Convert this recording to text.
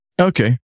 Okay